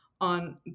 on